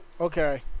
Okay